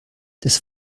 des